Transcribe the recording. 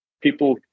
people